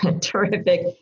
Terrific